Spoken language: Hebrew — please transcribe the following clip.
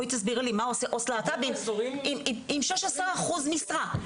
בואי תסבירי לי מה עושה עו"ס להט"בי עם שש עשרה אחוז משרה,